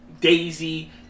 Daisy